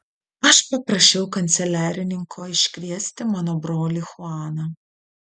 aš paprašiau kanceliarininko iškviesti mano brolį chuaną